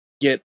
get